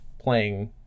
playing